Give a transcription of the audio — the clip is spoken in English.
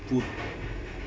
food